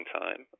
time